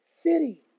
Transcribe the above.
city